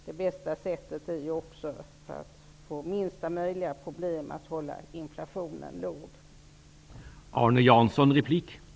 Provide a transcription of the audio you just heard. Det bästa sättet att få minsta möjliga problem är ju att hålla inflationen på en låg nivå.